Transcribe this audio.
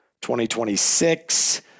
2026